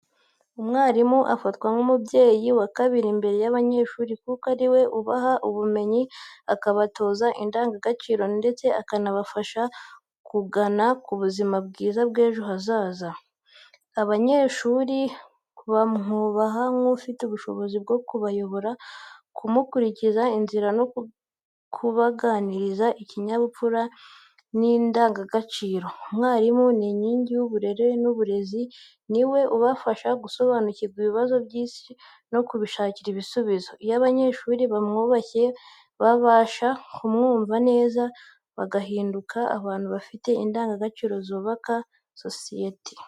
Umwarimu afatwa nk’umubyeyi wa kabiri imbere y’abanyeshuri, kuko ari we ubaha ubumenyi, akabatoza indangagaciro ndetse akanabafasha kugana ku buzima bwiza bw’ejo hazaza. Abanyeshuri bamwubaha nk’ufite ubushobozi bwo kubayobora, kumurikira inzira no kubagaragariza ikinyabupfura cy’intangarugero. Umwarimu ni inkingi y’uburere n’uburezi, ni we ubafasha gusobanukirwa ibibazo by’isi no kubishakira ibisubizo. Iyo abanyeshuri bamwubashye, babasha kumwumva neza, bagahinduka abantu bafite indangagaciro zubaka sosiyete.